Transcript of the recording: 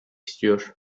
istiyor